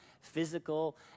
physical